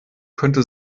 könnte